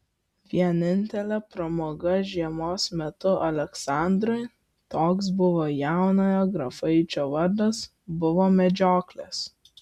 vienintelė pramoga žiemos metu aleksandrui toks buvo jaunojo grafaičio vardas buvo medžioklės